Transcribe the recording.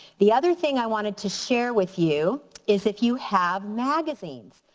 the other thing i wanted to share with you is if you have magazines.